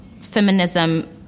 feminism